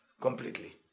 completely